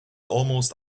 almost